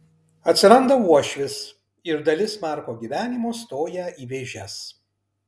atsiranda uošvis ir dalis marko gyvenimo stoja į vėžes